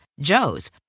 Joe's